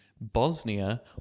Bosnia